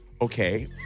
okay